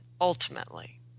ultimately